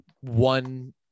one